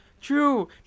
True